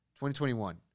2021